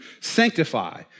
sanctify